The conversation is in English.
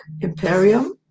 imperium